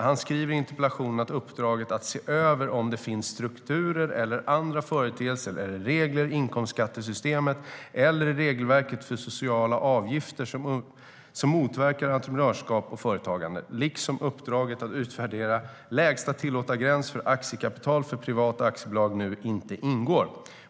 Han skriver i interpellationen att uppdraget att se över om det finns strukturer eller andra företeelser eller regler i inkomstskattesystemet eller i regelverket för socialavgifter som motverkar entreprenörskap och företagande liksom uppdraget att utvärdera lägsta tillåtna gräns för aktiekapital för privata aktiebolag nu inte ingår.